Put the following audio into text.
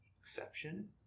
Exception